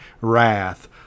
wrath